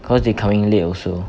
cause they coming late also